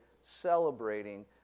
celebrating